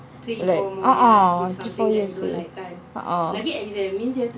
like uh uh three four years seh uh uh